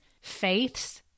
faiths